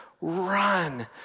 run